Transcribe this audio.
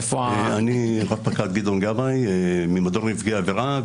אני רב-פקד גדעון גבאי ממדור נפגעי עבירה,